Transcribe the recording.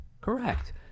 Correct